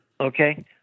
Okay